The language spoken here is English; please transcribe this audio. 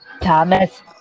Thomas